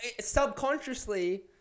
subconsciously